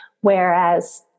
whereas